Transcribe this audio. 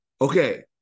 Okay